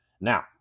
Now